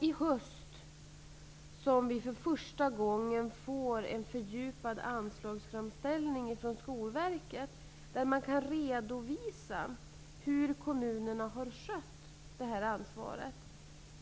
I höst får vi för första gången en fördjupad anslagsframställning från Skolverket. Där kan man redovisa hur kommunerna har skött ansvaret.